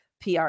pr